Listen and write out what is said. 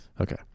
Okay